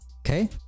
okay